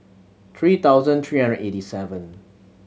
three thousand three hundred eighty seven